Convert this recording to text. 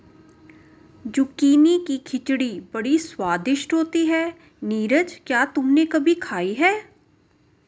Zucchini की खिचड़ी बड़ी स्वादिष्ट होती है नीरज क्या तुमने कभी खाई है?